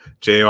JR